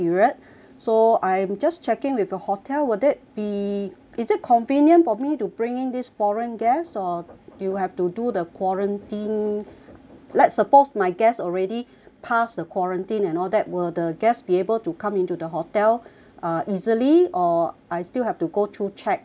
so I'm just checking with your hotel will that be is it convenient for me to bring in this foreign guest or you have to do the quarantine let's suppose my guests already passed the quarantine and all that will the guest be able to come into the hotel uh easily or I still have to go through check and all that